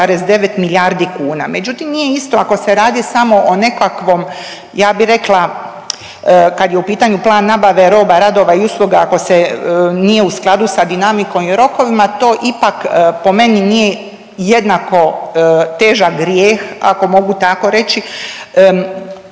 1,9 milijardi kuna. Međutim nije isto ako se radi samo o nekakvom, ja bi rekla kad je u pitanju plan nabave roba, radova i usluga ako se, nije u skladu sa dinamikom i rokovima to ipak po meni nije jednako težak grijeh, ako mogu tako reći,